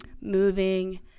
moving